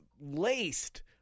laced